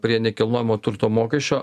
prie nekilnojamo turto mokesčio